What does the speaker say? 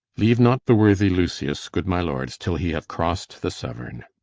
leave not the worthy lucius, good my lords, till he have cross'd the severn.